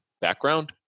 background